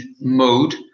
mode